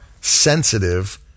sensitive